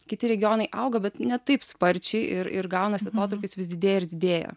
kiti regionai auga bet ne taip sparčiai ir ir gaunasi atotrūkis vis didėja ir didėja